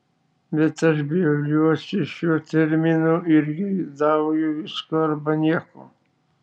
bet aš bjauriuosi šiuo terminu ir geidauju visko arba nieko